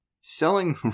selling